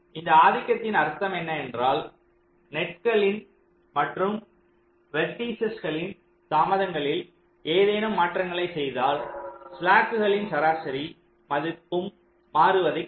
இந்த ஆதிக்கத்தின் அர்த்தம் என்ன என்றால் நெட்களின் மற்றும் வெர்டிசஸ்களின் தாமதங்களில் ஏதேனும் மாற்றங்களைச் செய்தால் ஸ்லாக்குகளின் சராசரி மதிப்பும் மறுவதை குறிக்கும்